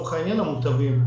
לצורך העניין, המוטבים.